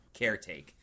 caretake